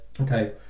Okay